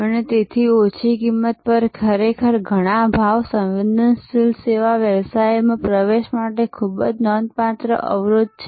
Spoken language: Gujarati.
અને તેથી ઓછી કિંમત ખરેખર ઘણા ભાવ સંવેદનશીલ સેવા વ્યવસાયોમાં પ્રવેશ માટે ખૂબ જ નોંધપાત્ર અવરોધ છે